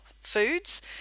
foods